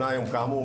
כאמור,